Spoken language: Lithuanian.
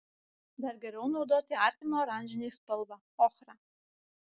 dar geriau naudoti artimą oranžinei spalvą ochrą